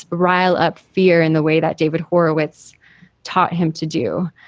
but rile up fear in the way that david horowitz taught him to do.